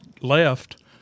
left